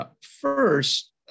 First